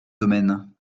domaine